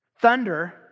thunder